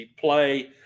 play